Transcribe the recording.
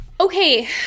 Okay